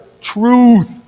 Truth